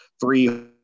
three